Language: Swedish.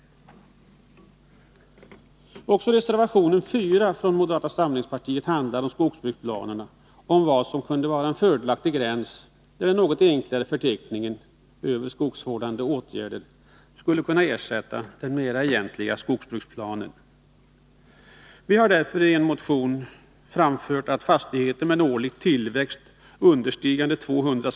Också reservation 4 från moderata samlingspartiet handlar om skogsbruksplanerna och om vad som kunde vara en fördelaktig gräns när det gäller den något enklare förteckning över skogsvårdande åtgärder som skall kunna ersätta den egentliga skogsbruksplanen. Vi har därför på grundval av en motion framfört att fastigheter med en årlig tillväxt understigande 200 m?